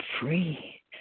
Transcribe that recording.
free